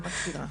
-- אני מכירה.